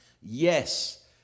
Yes